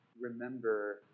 remember